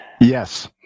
Yes